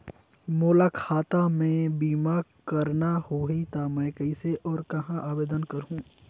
मोला खाता मे बीमा करना होहि ता मैं कइसे और कहां आवेदन करहूं?